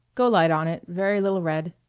go light on it. very little red.